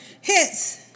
hits